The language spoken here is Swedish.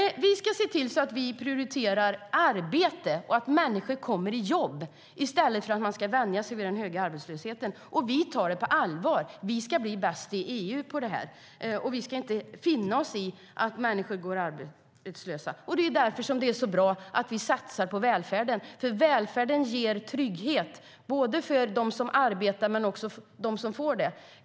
Vi ska se till att prioritera arbete och att människor kommer i jobb i stället för att man ska vänja sig vid den höga arbetslösheten. Vi tar det på allvar - vi ska bli bäst i EU på det, och vi ska inte finna oss i att människor går arbetslösa. Det är därför det är så bra att vi satsar på välfärden, för välfärden ger trygghet både för dem som arbetar och för dem som inte gör det.